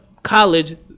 College